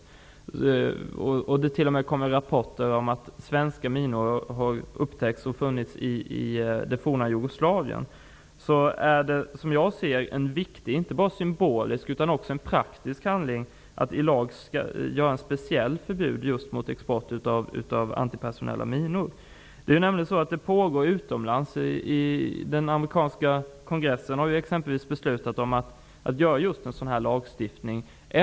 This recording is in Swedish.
Det kommer t.o.m. rapporter om att svenska minor har upptäckts i det forna Jugoslavien. Som jag ser det är det en viktig inte bara symbolisk utan också praktisk handling att i lag speciellt förbjuda export av antipersonella minor. Den amerikanska kongressen har beslutat om att stifta just en sådan lag.